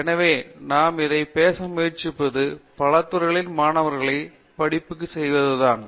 எனவே நாம் இதைப் பேச முயற்சிப்பது பல துறைகளில் மாணவர்களை படிப்புக்க செய்வதுதான்